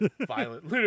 violent